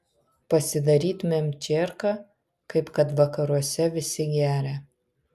pasidarytumėm čerką kaip kad vakaruose visi geria